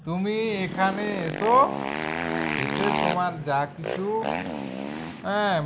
তুমি এখানে এসো এসে তোমার যা কিছু হ্যাঁ